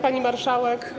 Pani Marszałek!